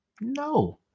No